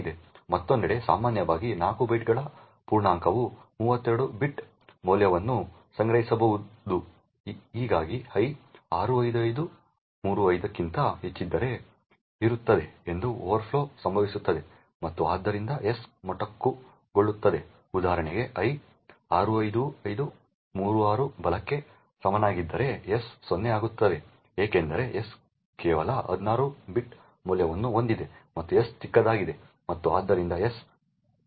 ಮತ್ತೊಂದೆಡೆ ಸಾಮಾನ್ಯವಾಗಿ 4 ಬೈಟ್ಗಳ ಪೂರ್ಣಾಂಕವು 32 ಬಿಟ್ ಮೌಲ್ಯವನ್ನು ಸಂಗ್ರಹಿಸಬಹುದು ಹೀಗಾಗಿ i 65535 ಕ್ಕಿಂತ ಹೆಚ್ಚಿದ್ದರೆ ಇರುತ್ತದೆ ಒಂದು ಓವರ್ಫ್ಲೋ ಸಂಭವಿಸುತ್ತದೆ ಮತ್ತು ಆದ್ದರಿಂದ s ಮೊಟಕುಗೊಳ್ಳುತ್ತದೆ ಉದಾಹರಣೆಗೆ i 65536 ಬಲಕ್ಕೆ ಸಮನಾಗಿದ್ದರೆ s 0 ಆಗುತ್ತದೆ ಏಕೆಂದರೆ s ಕೇವಲ 16 ಬಿಟ್ ಮೌಲ್ಯವನ್ನು ಹೊಂದಿದೆ ಮತ್ತು s ಚಿಕ್ಕದಾಗಿದೆ ಮತ್ತು ಆದ್ದರಿಂದ s 0 ಆಗುತ್ತದೆ